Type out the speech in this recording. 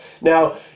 Now